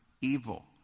evil